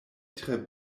tre